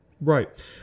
Right